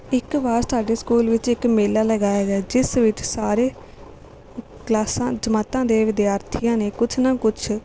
ਇੱਕ ਵਾਰ ਸਾਡੇ ਸਕੂਲ ਵਿੱਚ ਇੱਕ ਮੇਲਾ ਲਗਾਇਆ ਗਿਆ ਜਿਸ ਵਿੱਚ ਸਾਰੇ ਕਲਾਸਾਂ ਜਮਾਤਾਂ ਦੇ ਵਿਦਿਆਰਥੀਆਂ ਨੇ ਕੁਛ ਨਾ ਕੁਛ